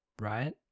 Right